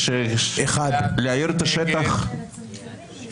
הצבעה לא אושרה